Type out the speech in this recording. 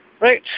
Right